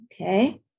Okay